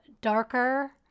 darker